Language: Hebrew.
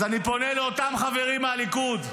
אז אני פונה לאותם חברים מהליכוד,